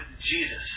Jesus